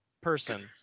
person